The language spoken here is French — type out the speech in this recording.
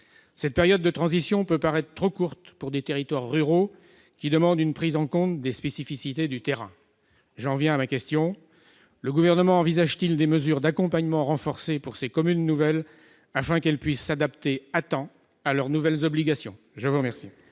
Cette période de transition peut paraître trop courte pour des territoires ruraux, qui demandent une prise en compte des spécificités du terrain. J'en arrive à ma question : le Gouvernement envisage-t-il des mesures d'accompagnement renforcé pour ces communes nouvelles, afin qu'elles puissent s'adapter à temps à leurs nouvelles obligations ? La parole